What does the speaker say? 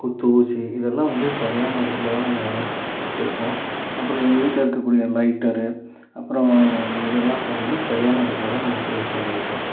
குத்து ஊசி இதெல்லாம் வந்து சரியான இடத்துலதாங்க வச்சிருப்போம் அப்பறம் எங்கள் வீட்டில இருக்கக்கூடிய லைட்டர் அப்புறம் இதெல்லாம் பார்த்தீங்கன்னா சரியான இடத்துல தான் நாங்கள் ப்ளேஸ் பண்ணியிருப்போம்